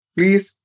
Please